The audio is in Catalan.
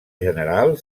general